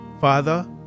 Father